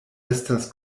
estas